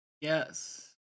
Yes